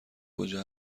کجا